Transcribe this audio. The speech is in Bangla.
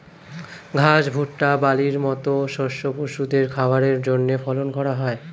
ঘাস, ভুট্টা, বার্লির মত শস্য পশুদের খাবারের জন্যে ফলন করা হয়